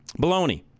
Baloney